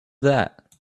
that